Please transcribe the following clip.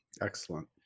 excellent